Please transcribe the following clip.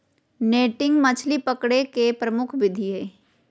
netting मछली पकडे के प्रमुख विधि हइ